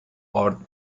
آرد